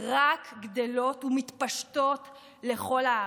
רק גדלות ומתפשטות לכל הארץ.